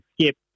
skip